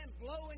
blowing